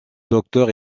docteur